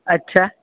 अच्छा